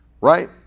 right